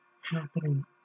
happening